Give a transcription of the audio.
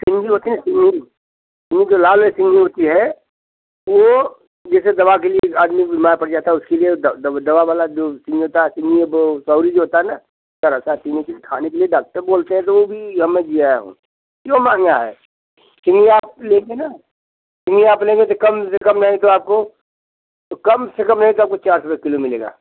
लाल में सिंगुर की है वो जैसे दवा के लिए आदमी बीमार पड़ जाता है उसके लिए दवा वाला जो होता है गौरी जो होता है ना रहता है तीनों दिन खाने के लिए डॉक्टर बोलते हैं तो वो भी जियाया हूँ क्यों महँगा जो आप लेंगे ना जो आप लेंगे तो कम से कम नहीं तो आपको कम से कम नहीं तो आपको चार सौ रुपया किलो मिलेगा